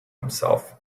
himself